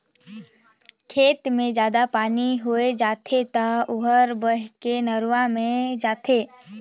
खेत मे जादा पानी होय जाथे त ओहर बहके नरूवा मे जाथे